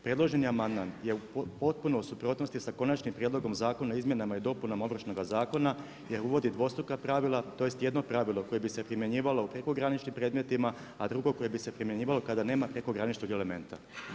Predloženi amandman je u potpunoj suprotnosti sa Konačnim prijedlogom zakona o izmjenama i dopunama Ovršnoga zakona jer uvodi dvostruka pravila tj. jedno pravilo koje bi se primjenjivalo u prekograničnim predmetima, a drugo koje bi se primjenjivalo kada nema prekograničnog elementa.